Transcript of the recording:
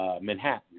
Manhattan